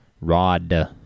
Rod